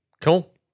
Cool